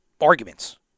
arguments